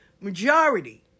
majority